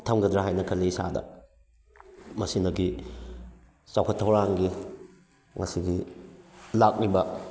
ꯊꯝꯒꯗ꯭ꯔꯥ ꯍꯥꯏꯅ ꯈꯜꯂꯤ ꯏꯁꯥꯗ ꯃꯁꯤꯅꯗꯤ ꯆꯥꯎꯈꯠ ꯊꯧꯔꯥꯡꯒꯤ ꯉꯁꯤꯒꯤ ꯂꯥꯛꯂꯤꯕ